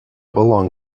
belong